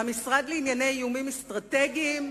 מהמשרד לענייני איומים אסטרטגיים.